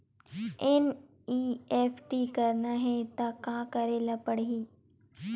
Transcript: NEFT करना हे त का करे ल पड़हि?